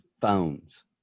phones